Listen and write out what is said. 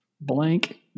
blank